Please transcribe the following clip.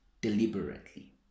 deliberately